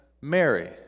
Mary